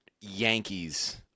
Yankees